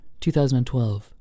2012